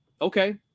Okay